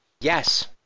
Yes